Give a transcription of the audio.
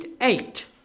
eight